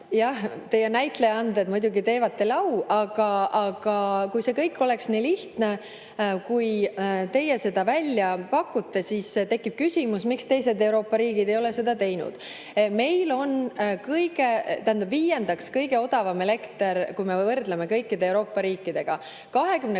Jah, teie näitlejaanne muidugi teeb teile au, aga kui see kõik oleks nii lihtne, nagu teie välja pakute, siis tekib küsimus, miks teised Euroopa riigid ei ole seda teinud. Meil on viiendaks kõige odavam elekter, kui me võrdleme kõikide Euroopa riikidega. 22